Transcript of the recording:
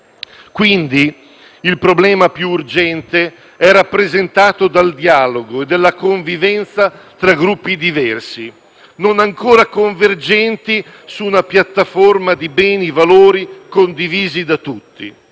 Quindi, il problema più urgente è rappresentato dal dialogo e dalla convivenza tra gruppi diversi, non ancora convergenti su una piattaforma di beni e valori condivisi da tutti.